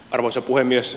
arvoisa puhemies